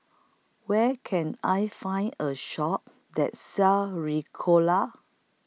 Where Can I Find A Shop that sells Ricola